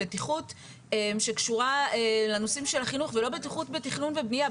בטיחות שקשורה לנושאים של החינוך ולא בטיחות בתכנון ובנייה.